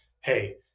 hey